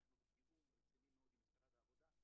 זה הכול לדרישות של משרד העבודה,